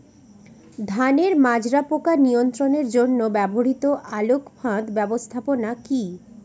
ধানের মাজরা পোকা নিয়ন্ত্রণের জন্য ব্যবহৃত আলোক ফাঁদ ব্যবস্থাপনা কি?